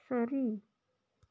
Surrey